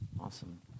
Awesome